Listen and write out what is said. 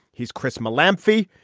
he's chris mowlam fee.